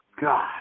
God